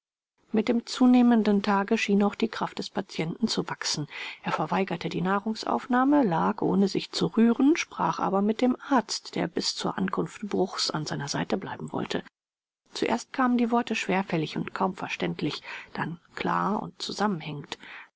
mit dem zunehmenden tage schien auch die kraft des patienten zu wachsen er verweigerte die nahrungsaufnahme lag ohne sich zu rühren sprach aber mit dem arzt der bis zur ankunft bruchs an seiner seite bleiben wollte zuerst kamen die worte schwerfällig und kaum verständlich dann klar und zusammenhängend